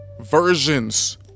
versions